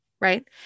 right